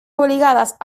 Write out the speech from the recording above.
obligadas